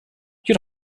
you